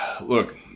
look